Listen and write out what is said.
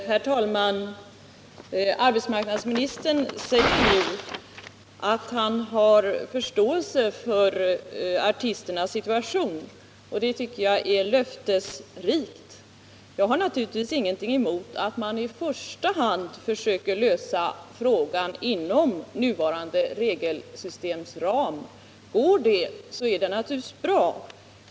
Herr talman! Arbetsmarknadsministern säger nu att han har förståelse för artisternas situation, och det tycker jag är löftesrikt. Jag har naturligtvis ingenting emot att man i första hand försöker lösa frågan inom nuvarande regelsystems ram. Går det är det naturligtvis bra.